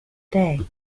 day